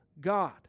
God